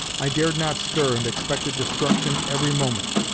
i dared not stir and expected destruction every moment.